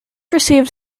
received